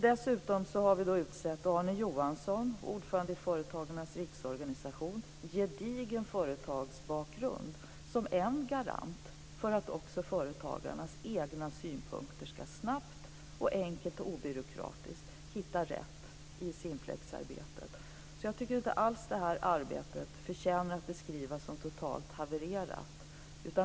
Dessutom har vi utsett Arne Johansson, ordförande i Företagarnas riksorganisation, som med sin gedigna företagsbakgrund är en garant för att också företagarnas egna synpunkter snabbt, enkelt och obyråkratiskt ska hitta rätt i Simplexarbetet. Så jag tycker inte alls att det här arbetet förtjänar att beskrivas som totalt havererat.